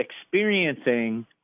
experiencing